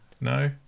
No